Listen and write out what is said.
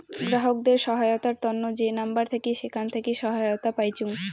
গ্রাহকদের সহায়তার তন্ন যে নাম্বার থাকি সেখান থাকি সহায়তা পাইচুঙ